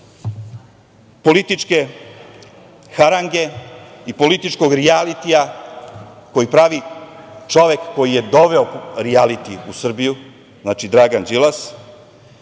političke harange i političkog rijalitija koji pravi čovek koji je doveo rijaliti u Srbiju, znači Dragan Đilas